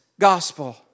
gospel